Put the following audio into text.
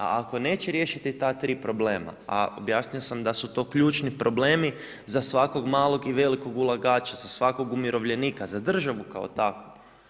A ako neće riješiti ta 3 problema, a objasnio sam da su to ključni problemi za svakog malog i velikog ulagača, za svakog umirovljenika, za državu kao takvu.